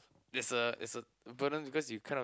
is a is a burden because you kind of